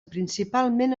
principalment